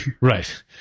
Right